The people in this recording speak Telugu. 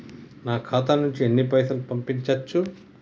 నా ఖాతా నుంచి ఎన్ని పైసలు పంపించచ్చు?